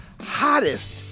Hottest